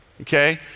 okay